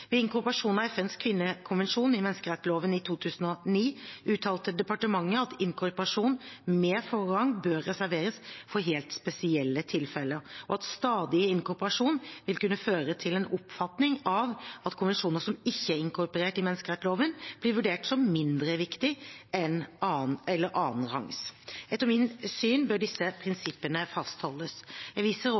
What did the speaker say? Ved inkorporasjon av FNs kvinnekonvensjon i menneskerettsloven i 2009 uttalte departementet at inkorporasjon med forrang bør reserveres for helt spesielle tilfeller, og at stadig inkorporasjon vil kunne føre til en oppfatning om at konvensjoner som ikke er inkorporert i menneskerettsloven, blir vurdert som mindre viktige eller annenrangs. Etter mitt syn bør disse prinsippene fastholdes. Jeg viser